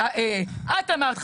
את אמרת,